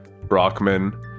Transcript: Brockman